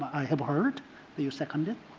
i have heard that you seconded